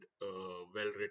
well-written